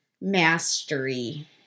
mastery